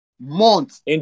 months